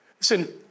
Listen